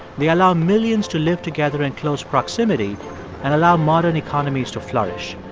they allow millions to live together in close proximity and allow modern economies to flourish.